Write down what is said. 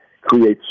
creates